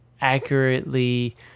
accurately